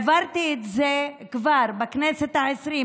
העברתי את זה כבר בכנסת העשרים,